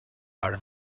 are